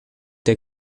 der